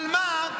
אבל מה?